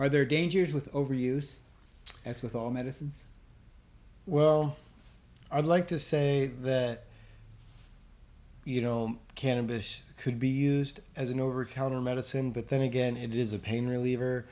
or there are dangers with overuse as with all medicine well i'd like to say that you know cannabis could be used as an over counter medicine but then again it is a pain reliever